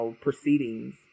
proceedings